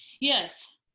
yes